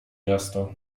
miasta